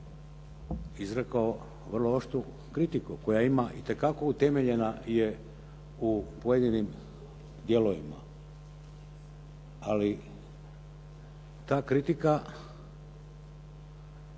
izrekao vrlo oštru kritiku koja ima itekako utemeljena je u pojedinim dijelovima. Ali ta kritika